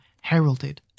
heralded